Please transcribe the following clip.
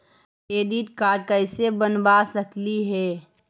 Credit card कैसे बनबा सकली हे?